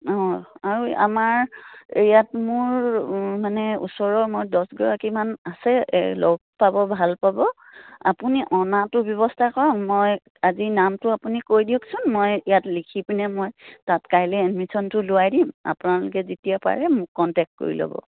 অঁ আৰু আমাৰ ইয়াত মোৰ মানে ওচৰৰ মই দহ গৰাকীমান আছে লগ পাব ভাল পাব আপুনি অনাটো ব্যৱস্থা কৰক মই আজি নামটো আপুনি কৈ দিয়কচোন মই ইয়াত লিখি পিনে মই তাত কাইলৈ এডমিশ্যনটো লোৱাই দিম আপোনালোকে যেতিয়া পাৰে মোক কণ্টেক্ট কৰি ল'ব